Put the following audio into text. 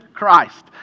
Christ